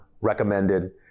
recommended